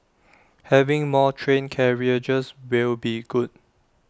having more train carriages will be good